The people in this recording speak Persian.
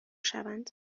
شوند